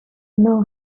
now